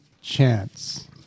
chance